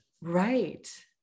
Right